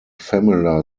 familiar